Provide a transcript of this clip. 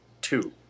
two